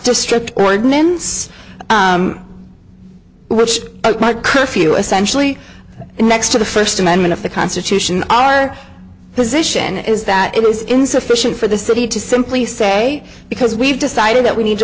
district ordinance which curfew essentially in next to the first amendment of the constitution our position is that it is insufficient for the city to simply say because we've decided that we need to